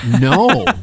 no